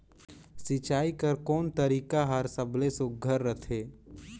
सिंचाई कर कोन तरीका हर सबले सुघ्घर रथे?